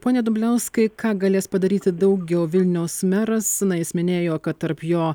pone dumbliauskai ką galės padaryti daugiau vilniaus meras na jis minėjo kad tarp jo